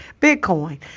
Bitcoin